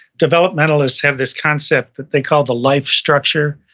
developmentalists have this concept that they call the life structure.